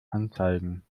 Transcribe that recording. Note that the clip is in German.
anzeigen